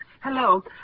Hello